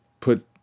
put